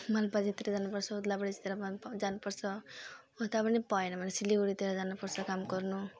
मालबजारतिर जानुपर्छ ओद्लाबाडीतिर माल जानुपर्छ उतातिर पनि भएन भने सिलगढीतिर जानुपर्छ काम गर्नु